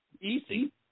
Easy